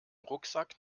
rucksack